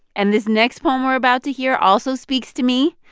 and this next poem we're about to hear also speaks to me.